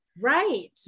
right